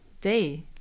Day